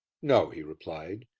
no, he replied,